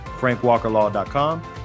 frankwalkerlaw.com